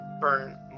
Burn